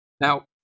Now